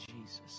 Jesus